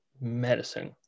medicine